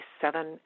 seven